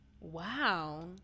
Wow